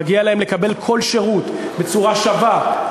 מגיע להם לקבל כל שירות בצורה שווה.